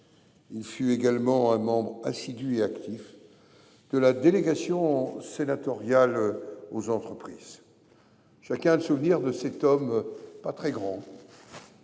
Il fut également un membre assidu et actif de la délégation sénatoriale aux entreprises. Chacun garde le souvenir de cet homme pas très grand,